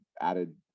added